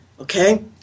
okay